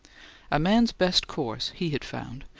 a man's best course, he had found,